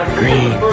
green